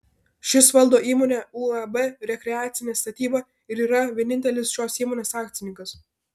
šis valdo įmonę uab rekreacinė statyba ir yra vienintelis šios įmonės akcininkas